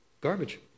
garbage